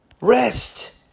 rest